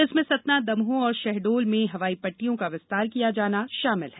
इसमें सतना दमोह और शहडोल में हवाई पट्टियों का विस्तार किया जाना शामिल है